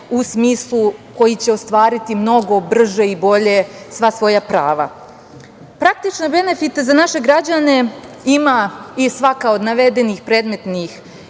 u smislu koji će ostvariti mnogo brže i bolje sva svoja prava. Praktične benefite za naše građane ima i svaka od navedenih predmetnih